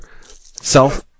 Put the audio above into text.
self